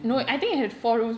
eight rooms ah